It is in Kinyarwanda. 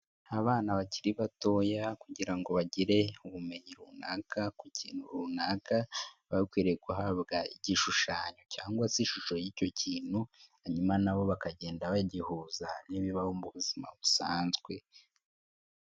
Abana bakiri batoya kugira ngo bagire ubumenyi runaka ku kintu runaka, bakwiriye guhabwa igishushanyo cyangwa se ishusho y'icyo kintu, hanyuma na bo bakagenda bagihuza n'ibibaho mu buzima busanzwe.